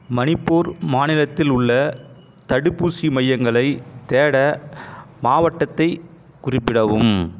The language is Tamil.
மணிப்பூர் மாநிலத்தில் உள்ள தடுப்பூசி மையங்களைத் தேட மாவட்டத்தைக் குறிப்பிடவும்